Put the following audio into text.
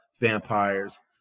vampires